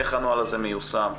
איך הנוהל הזה מיושם.